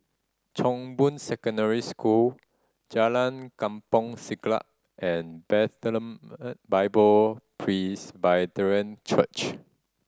Chong Boon Secondary School Jalan Kampong Siglap and Bethlehem Bible Presbyterian Church